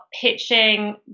pitching